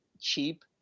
cheap